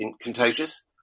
contagious